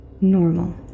Normal